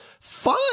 Fine